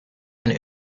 and